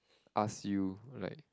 ask you like